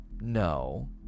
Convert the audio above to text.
No